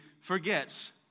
forgets